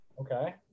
Okay